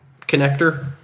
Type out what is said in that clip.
connector